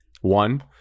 One